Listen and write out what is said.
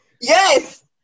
Yes